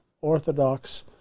orthodox